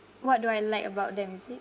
what do I like about them is it